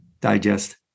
digest